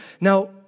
Now